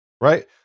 right